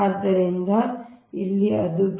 ಆದ್ದರಿಂದ ಇಲ್ಲಿ ಅದು b